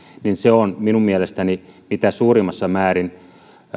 niin se on minun mielestäni mitä suurimmassa määrin